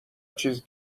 چیز